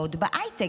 בהשקעות בהייטק?